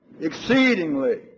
exceedingly